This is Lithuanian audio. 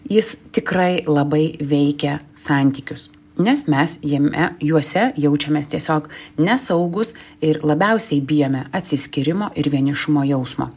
jis tikrai labai veikia santykius nes mes jame juose jaučiamės tiesiog nesaugūs ir labiausiai bijome atsiskyrimo ir vienišumo jausmo